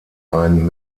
ein